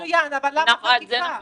מצוין, אבל למה חקיקה?